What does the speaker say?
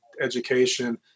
education